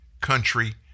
country